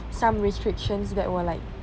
some restrictions that were like